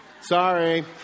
Sorry